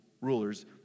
rulers